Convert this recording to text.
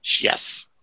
yes